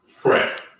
Correct